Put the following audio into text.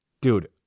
Dude